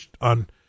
on